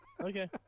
okay